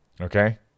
Okay